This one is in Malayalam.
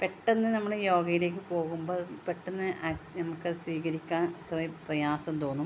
പെട്ടെന്ന് നമ്മൾ യോഗയിലേക്ക് പോകുമ്പോൾ പെട്ടെന്ന് ആ നമ്മൾക്ക് അത് സ്വീകരിക്കാൻ സ്വയം പ്രയാസം തോന്നും